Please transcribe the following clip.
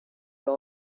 has